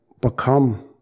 become